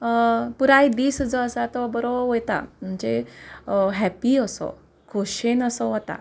पुराय दीस जो आसा तो बरो वता म्हणजे हॅप्पी असो खोशयेन असो वता